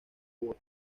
votos